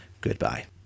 goodbye